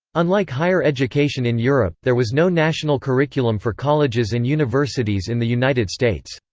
unlike higher education in europe, there was no national curriculum for colleges and universities in the united states.